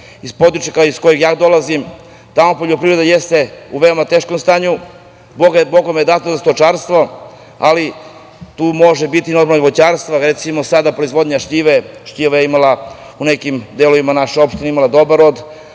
iz područja iz kog ja dolazim, tamo poljoprivreda jeste u veoma teškom stanju, bogom je dato za stočarstvo, ali tu može biti i voćarstvo. Recimo sada, proizvodnja šljive, šljiva je u nekim delovima naše opštine imala